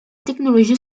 technologie